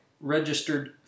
registered